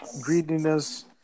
greediness